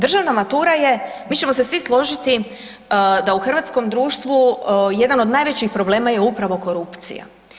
Državna matura je, mi ćemo se svi složiti da u hrvatskom društvu jedan od najvećih problema je upravo korupcija.